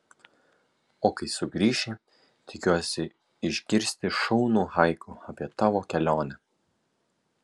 o kai sugrįši tikiuosi išgirsti šaunų haiku apie tavo kelionę